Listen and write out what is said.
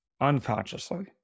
unconsciously